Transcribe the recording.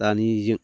दानिजों